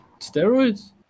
steroids